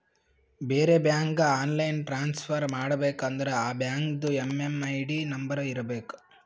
ಬೇರೆ ಬ್ಯಾಂಕ್ಗ online transfer ಮಾಡಬೇಕ ಅಂದುರ್ ಆ ಬ್ಯಾಂಕ್ದು ಎಮ್.ಎಮ್.ಐ.ಡಿ ನಂಬರ್ ಇರಬೇಕ